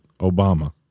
Obama